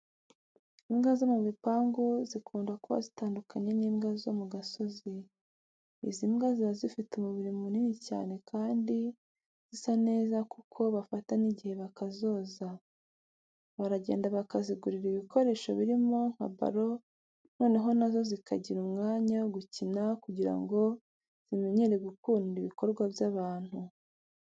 Imbwa zo mu bipangu zikunda kuba zitandukanye n'imbwa zo mu gasozi. Izi mbwa ziba zifite umubiri munini cyane kandi zisa neza kuko bafata n'igihe bakazoza. Baragenda bakazigurira ibikoresho birimo nka baro noneho na zo zikagira umwanya wo gukina kugira ngo zimenyere gukunda ibikorwa by'abantu.